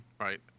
Right